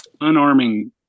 unarming